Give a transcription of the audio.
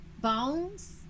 bones